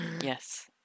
Yes